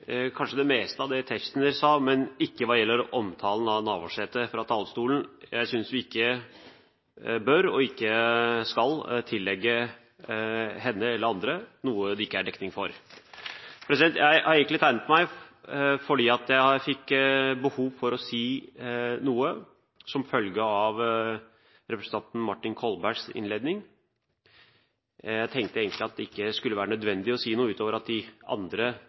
kanskje det meste – av det Tetzschner sa her på talerstolen, men ikke det som gjelder omtalen av Navarsete. Jeg synes vi ikke bør eller skal tillegge henne eller andre noe det ikke er dekning for. Jeg hadde egentlig tegnet meg fordi jeg fikk behov for å si noe til representanten Martin Kolbergs innledning. Jeg tenkte at det ikke skulle være nødvendig å si noe utover det de andre